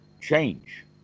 change